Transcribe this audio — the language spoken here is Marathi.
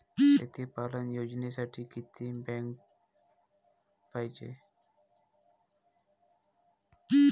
शेळी पालन योजनेसाठी किती बकऱ्या पायजे?